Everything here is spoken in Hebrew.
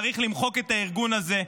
צריך למחוק את הארגון הזה,